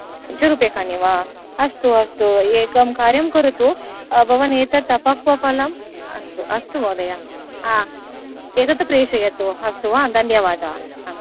पञ्चरूप्कायणि वा अस्तु अस्तु एकं कार्यं करोतु भवान् एतद् अपक्वफलम् अस्तु अस्तु महोदय एतद् प्रेषयतु अस्तु वा धन्यवादाः